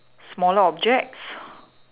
smaller objects